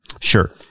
Sure